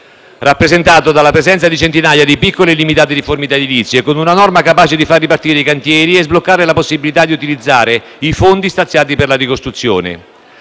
rappresentato dalla presenza di centinaia di piccole e limitate difformità edilizie, con una norma capace di far ripartire i cantieri e sbloccare la possibilità di utilizzare i fondi stanziati per la ricostruzione.